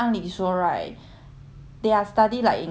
they are study like in hospitality right they shouldn't